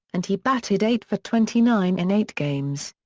and he batted eight for twenty nine in eight games.